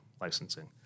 licensing